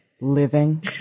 living